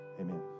amen